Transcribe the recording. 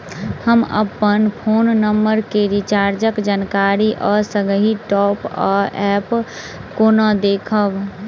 हम अप्पन phone number केँ रिचार्जक जानकारी आ संगहि टॉप अप कोना देखबै?